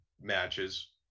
matches